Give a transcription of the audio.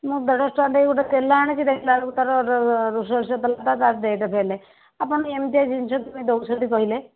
ମୁଁ ଦେଢ଼ଶହ ଟଙ୍କା ଦେଇ ଗୋଟେ ତେଲ ଆଣିଛି ଦେଖିଲା ବେଳକୁ ତା'ର ସୋରିଷ ତେଲଟା ତା'ର ଡେଟ୍ ଫେଲ୍ ଆପଣ ଏମିତିଆ ଜିନିଷ କ'ଣ ପାଇଁ ଦେଉଛନ୍ତି କହିଲେ